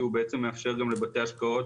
כי הוא בעצם מאפשר גם לבתי השקעות